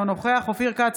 אינו נוכח אופיר כץ,